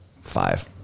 five